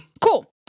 Cool